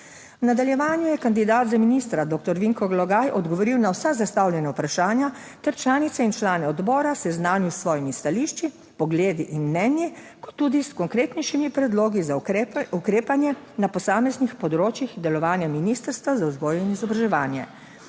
V nadaljevanju je kandidat za ministra dr. Vinko Logaj odgovoril na vsa zastavljena vprašanja ter članice in člane odbora seznanil s svojimi stališči, pogledi in mnenji, kot tudi s konkretnejšimi predlogi za ukrepanje na posameznih področjih delovanja Ministrstva za vzgojo in izobraževanje.